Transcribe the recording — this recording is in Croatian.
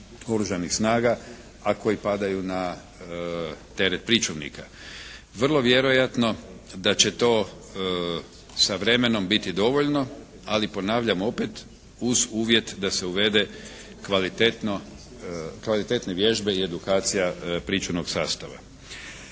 Oružanih snaga, a koji padaju na teret pričuvnika. Vrlo vjerojatno da će to sa vremenom biti dovoljno. Ali ponavljam opet uz uvjet da se uvede kvalitetne vježbe i edukacija pričuvnog sastava.